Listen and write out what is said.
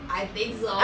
I think so